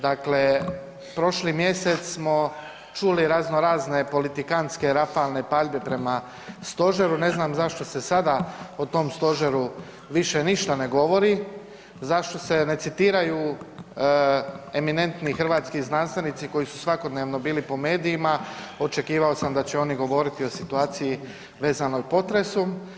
Dakle, prošli mjesec smo čuli razno razne politikanske rafalne paljbe prema stožeru, ne znam zašto se sada o tom stožeru više ništa ne govori, zašto se ne citiraju eminentni hrvatski znanstvenici koji su svakodnevno bili po medijima, očekivao sam da će oni govoriti o situaciji vezanoj potresom.